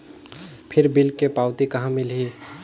फिर बिल के पावती कहा मिलही?